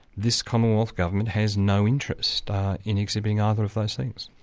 this commonwealth government has no interest in exhibiting either of those things.